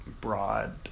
broad